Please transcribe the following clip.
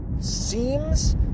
seems